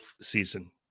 season